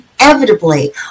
inevitably